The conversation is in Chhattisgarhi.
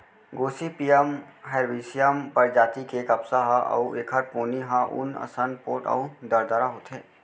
गोसिपीयम हरबैसियम परजाति के कपसा ह अउ एखर पोनी ह ऊन असन पोठ अउ दरदरा होथे